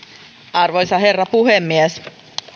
arvoisa herra puhemies